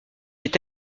est